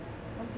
okay